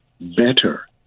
better